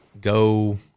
go